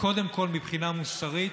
קודם כול מבחינה מוסרית,